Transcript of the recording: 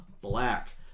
Black